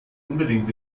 unbedingt